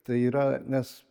tai yra nes